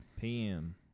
PM